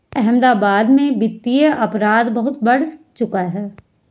अहमदाबाद में वित्तीय अपराध बहुत बढ़ चुका है